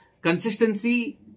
consistency